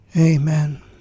Amen